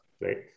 right